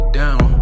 down